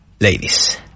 ladies